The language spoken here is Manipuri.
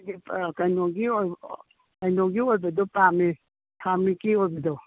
ꯀꯩꯅꯣꯒꯤ ꯑꯣꯏꯕꯗꯣ ꯄꯥꯝꯃꯦ ꯑꯣꯏꯕꯗꯣ